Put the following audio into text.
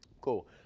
cool